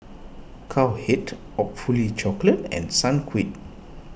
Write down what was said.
Cowhead Awfully Chocolate and Sunquick